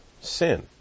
sin